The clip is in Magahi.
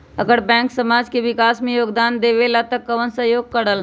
अगर बैंक समाज के विकास मे योगदान देबले त कबन सहयोग करल?